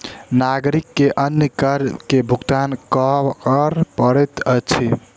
नागरिक के अन्य कर के भुगतान कर पड़ैत अछि